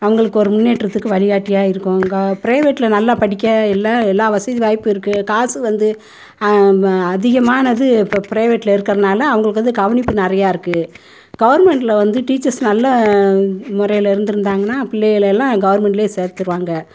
அவங்களுக்கு ஒரு முன்னேற்றத்துக்கு வழி காட்டியாக இருக்குவாங்க ப்ரைவேட்ல நல்லா படிக்க எல்லாம் எல்லா வசதி வாய்ப்பு இருக்குது காசு வந்து அதிகமானது ப்ர ப்ரைவேட்ல இருக்கிறதனால அவங்களுக்கு வந்து கவனிப்பு நிறையா இருக்குது கவர்மெண்ட்ல வந்து டீச்சர்ஸ் நல்ல முறையில் இருந்திருந்தாங்கன்னா பிள்ளைகளெல்லாம் கவர்மெண்ட்லையே சேர்த்துருவாங்க